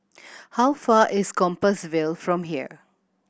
how far is Compassvale from here